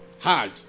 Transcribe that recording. hard